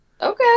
Okay